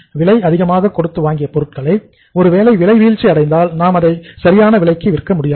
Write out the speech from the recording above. விலை அதிகமாக கொடுத்து வாங்கிய பொருட்களை ஒருவேளை விலை வீழ்ச்சி அடைந்தால் அதை நாம் சரியான விலைக்கு விற்க முடியாது